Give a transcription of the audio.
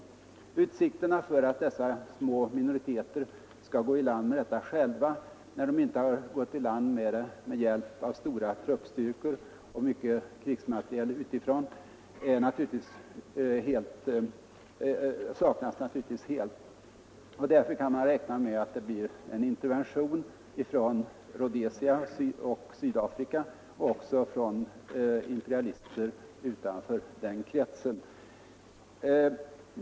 Inga utsikter finns att dessa små minoriteter själva skall kunna gå i land med denna uppgift när de inte har lyckats göra det med hjälp av stora truppstyrkor och mycket krigsmateriel utifrån. Därför kan man räkna med att de kallar på hjälp och att det blir en intervention från Rhodesia, Sydafrika och även imperialister utanför den kretsen.